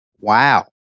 Wow